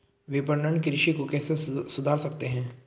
विपणन कृषि को कैसे सुधार सकते हैं?